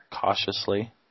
cautiously